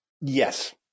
Yes